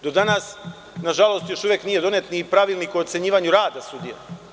Do danas, nažalost, još uvek nije donet pravilnik o ocenjivanju rada sudija.